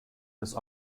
des